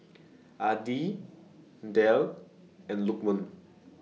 Adi Dhia and Lukman